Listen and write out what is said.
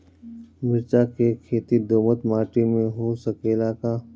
मिर्चा के खेती दोमट माटी में हो सकेला का?